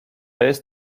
jest